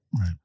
Right